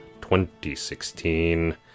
2016